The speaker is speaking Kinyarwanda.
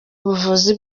ubuvuzi